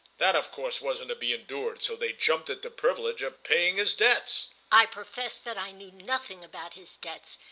that of course wasn't to be endured, so they jumped at the privilege of paying his debts! i professed that i knew nothing about his debts,